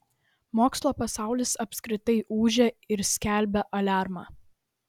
mokslo pasaulis apskritai ūžia ir skelbia aliarmą